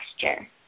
texture